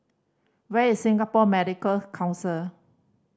where is Singapore Medical Council